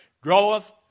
groweth